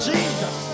Jesus